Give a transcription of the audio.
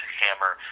hammer